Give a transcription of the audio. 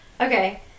Okay